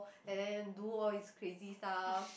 and then do all his crazy stuff